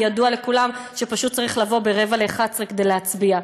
כי ידוע לכולם שפשוט צריך לבוא ב-22:45 כדי להצביע.